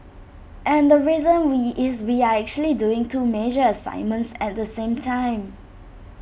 and the reason we is we are actually doing two major assignments at the same time